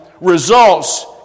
results